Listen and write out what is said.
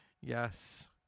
Yes